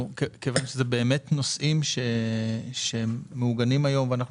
מכיוון שאלה נושאים שמעוגנים היום ואנחנו